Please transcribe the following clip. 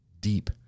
deep